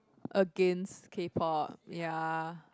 against K-Pop ya